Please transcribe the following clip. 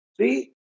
See